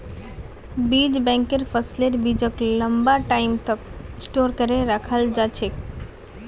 बीज बैंकत फसलेर बीजक लंबा टाइम तक स्टोर करे रखाल जा छेक